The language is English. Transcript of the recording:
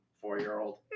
four-year-old